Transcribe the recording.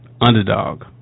underdog